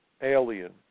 alien